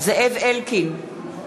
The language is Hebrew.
זאב אלקין,